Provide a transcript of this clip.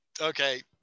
okay